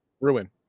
Ruin